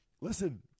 listen